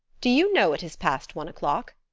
do you know it is past one o'clock?